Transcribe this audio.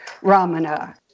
Ramana